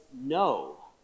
no